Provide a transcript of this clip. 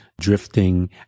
drifting